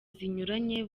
zinyuranye